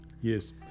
yes